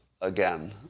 again